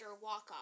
walk-off